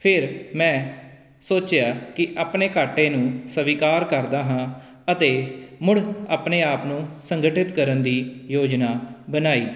ਫਿਰ ਮੈਂ ਸੋਚਿਆ ਕਿ ਆਪਣੇ ਘਾਟੇ ਨੂੰ ਸਵੀਕਾਰ ਕਰਦਾ ਹਾਂ ਅਤੇ ਮੁੜ ਆਪਣੇ ਆਪ ਨੂੰ ਸੰਗਠਿਤ ਕਰਨ ਦੀ ਯੋਜਨਾ ਬਣਾਈ